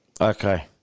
Okay